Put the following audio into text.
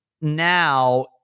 now